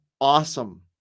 awesome